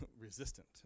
resistant